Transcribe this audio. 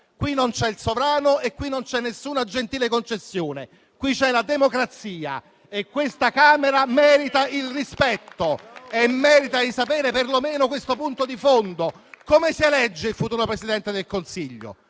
Qui non c'è il sovrano e qui non c'è nessuna gentile concessione. Qui c'è la democrazia e questa Camera merita il rispetto e di conoscere perlomeno questo punto di fondo: come si elegge il futuro Presidente del Consiglio?